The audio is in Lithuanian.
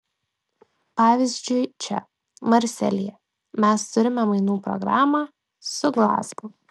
pavyzdžiui čia marselyje mes turime mainų programą su glazgu